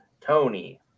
Tony